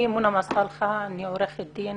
אני עורכת דין